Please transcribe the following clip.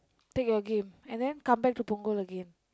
take your game and then come back to Punggol again